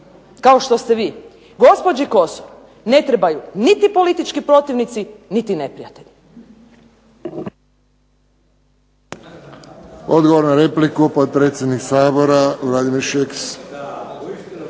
kao što ste vi gospođi Kosor ne trebaju niti politički protivnici niti neprijatelji.